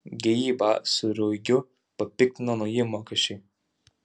geibą su ruigiu papiktino nauji mokesčiai